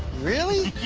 really?